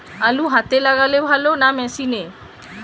আলু হাতে লাগালে ভালো না মেশিনে?